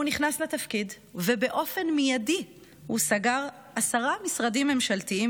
הוא נכנס לתפקיד ובאופן מיידי הוא סגר עשרה משרדים ממשלתיים